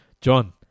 john